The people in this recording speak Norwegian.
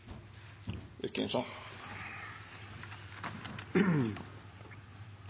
Viken